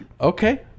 Okay